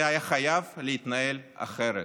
זה היה חייב להתנהל אחרת.